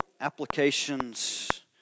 applications